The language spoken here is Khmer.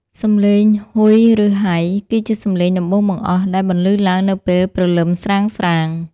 សម្លេង «ហ៊ុយ!» ឬ «ហ៊ៃ!» គឺជាសម្លេងដំបូងបង្អស់ដែលបន្លឺឡើងនៅពេលព្រលឹមស្រាងៗ។